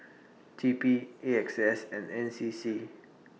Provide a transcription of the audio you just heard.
T P A X S and N C C